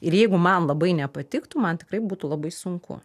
ir jeigu man labai nepatiktų man tikrai būtų labai sunku